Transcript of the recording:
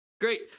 Great